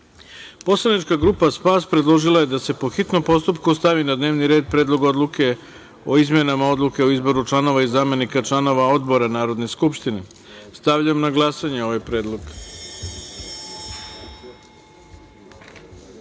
predlog. Poslanička grupa SPAS predložila je da se, po hitnom postupku, stavi na dnevni red Predlog odluke o izmenama Odluke o izboru članova i zamenika članova odbora Narodne skupštine. Stavljam na glasanje ovaj